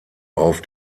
auf